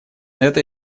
это